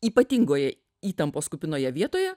ypatingoje įtampos kupinoje vietoje